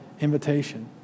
invitation